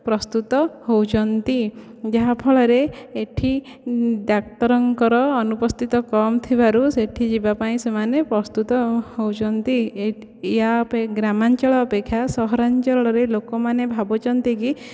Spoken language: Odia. ପ୍ରସ୍ତୁତ ହେଉଛନ୍ତି ଯାହାଫଳରେ ଏଠି ଡାକ୍ତରଙ୍କର ଅନୁପସ୍ଥିତ କମ୍ ଥିବାରୁ ସେଇଠି ଯିବାପାଇଁ ସେମାନେ ପ୍ରସ୍ତୁତ ହେଉଛନ୍ତି ଏୟା ପାଇଁ ଗ୍ରାମାଞ୍ଚଳ ଅପେକ୍ଷା ସହରାଞ୍ଚଳରେ ଲୋକମାନେ ଭାବୁଛନ୍ତି କି